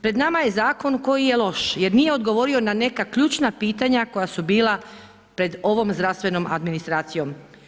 Pred nama je zakon koji je loš jer nije odgovorio na neka ključna pitanja koja su bila pred ovom zdravstvenom administracijom.